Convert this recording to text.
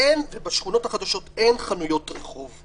האם יש תכנית מסודרת למה קורה כאשר רוצים להרחיב?